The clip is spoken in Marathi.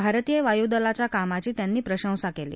भारतीय वायुदलाच्या कामाची त्यांनी प्रशंसा कली